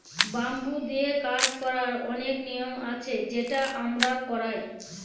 bamboo নিয়ে কাজ করার অনেক নিয়ম আছে সেটা আমরা করায়